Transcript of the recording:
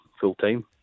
full-time